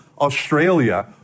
Australia